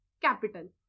capital